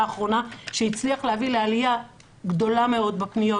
שהצליח להביא לעלייה גדולה מאוד בפניות,